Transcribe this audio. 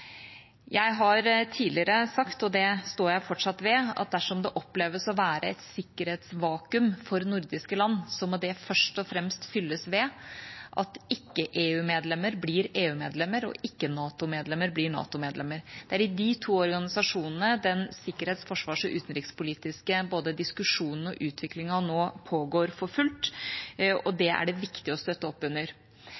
Jeg har tidligere sagt og står fortsatt ved at dersom det oppleves å være et sikkerhetsvakuum for nordiske land, må det først og fremst fylles ved at ikke-EU-medlemmer blir EU-medlemmer og ikke-NATO-medlemmer blir NATO-medlemmer. Det er i de to organisasjonene den sikkerhets-, forsvars- og utenrikspolitiske både diskusjonen og utviklingen nå pågår for fullt, og